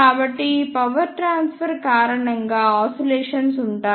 కాబట్టి ఈ power transfer కారణంగా ఆసిలేషన్స్ ఉంటాయి